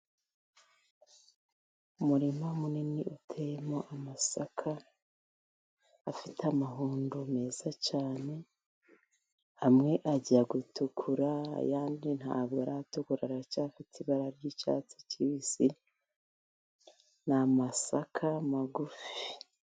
Umurima munini uteyemo amasaka afite amahundo meza cyane, amwe ajya gutukura ayandi ntabwo aratukura aracyafite ibara ry'icyatsi kibisi ni amasaka magufi.